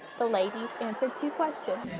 the ladies answered two questions.